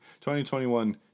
2021